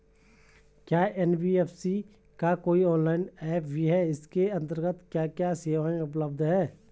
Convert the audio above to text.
क्या एन.बी.एफ.सी का कोई ऑनलाइन ऐप भी है इसके अन्तर्गत क्या क्या सेवाएँ उपलब्ध हैं?